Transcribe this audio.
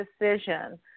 decision